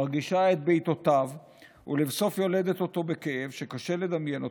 מרגישה את בעיטותיו ולבסוף יולדת אותו בכאב שקשה לדמיין אותו,